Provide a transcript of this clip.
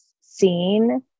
seen